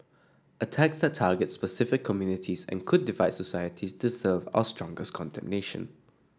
attacks that target specific communities and could divide societies deserve our strongest condemnation